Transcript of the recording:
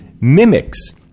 mimics